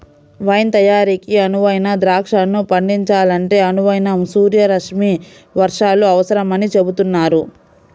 wine తయారీకి అనువైన ద్రాక్షను పండించాలంటే అనువైన సూర్యరశ్మి వర్షాలు అవసరమని చెబుతున్నారు